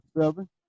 seven